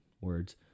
words